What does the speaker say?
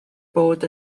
bod